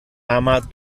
ama